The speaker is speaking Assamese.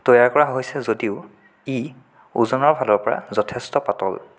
তৈয়াৰ কৰা হৈছে যদিও ই ওজনৰ ফালৰ পৰা যথেষ্ট পাতল